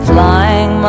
Flying